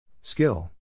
Skill